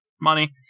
money